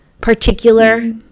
particular